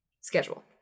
schedule